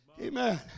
Amen